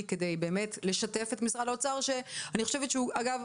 באמת כדי לשתף את משרד האוצר שאני חושבת שהוא אגב,